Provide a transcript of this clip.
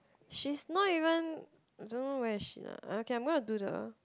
she's not even don't know where is she lah okay I'm gonna do the